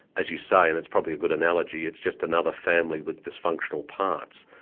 as you say, and it's probably a good analogy, it's just another family with dysfunctional parts.